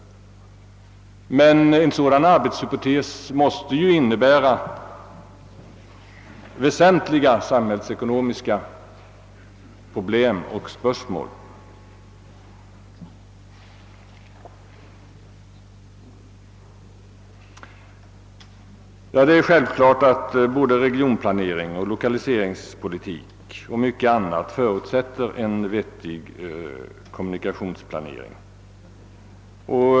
Men en sådan arbetshypotes måste ju innebära väsentliga samhällsekonomiska problem och spörsmål. Det är självklart att både regionplanering och = lokaliseringspolitik och mycket annat förutsätter en vettig kommunikationsplanering.